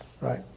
right